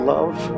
Love